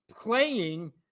playing